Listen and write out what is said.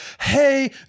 hey